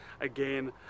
again